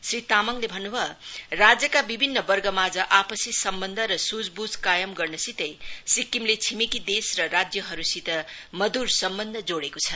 श्री तामाङले भन्नुभयो राज्यका विभिन्न वर्गमाझ आपली सम्वन्ध र सुझवुझ कायम गर्न सितै सिक्किमले छिमेकी देश र राज्यसित मधुर सम्बन्ध जोड़ेको छ